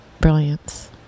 brilliance